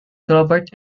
robert